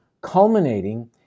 culminating